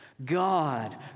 God